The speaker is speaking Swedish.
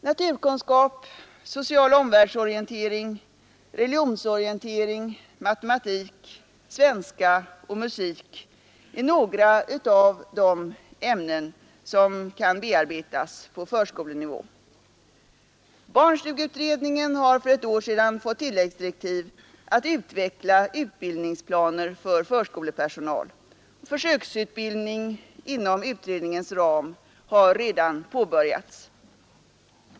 Naturkunskap, social omvärldsorientering, religionsorientering, matematik, svenska och musik är några av de ämnen som kan bearbetas på förskolenivå. Barnstugeutredningen har för ett år sedan fått tilläggsdirektiv att utveckla utbildningsplaner för förskolepersonal. Försöksutbildning inom utredningens ram har redan påbörjats.